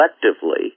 collectively